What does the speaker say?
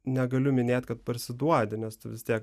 negaliu minėt kad parsiduodi nes tu vis tiek